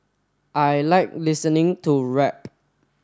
I like listening to rap